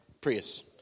Prius